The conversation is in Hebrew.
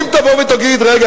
אם תבוא ותגיד: רגע,